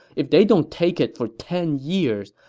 if they don't take it for ten years,